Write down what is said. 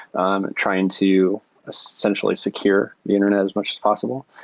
um trying to essentially secure the internet as much as possible.